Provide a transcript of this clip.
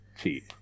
cheap